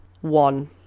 one